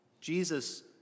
Jesus